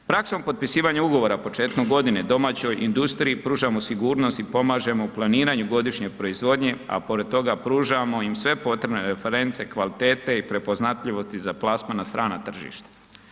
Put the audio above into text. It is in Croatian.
Praksom potpisivanja ugovora početkom godine domaćoj industriji pružamo sigurnost i pomažemo planiranju godišnje proizvodnje, a pored toga pružamo im sve potrebne reference kvalitete i prepoznatljivosti za plasman na strana tržišta.